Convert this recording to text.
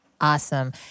Awesome